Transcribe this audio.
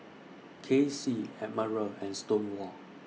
Kacy Admiral and Stonewall